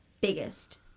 Biggest